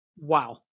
Wow